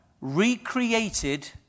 recreated